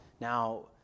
Now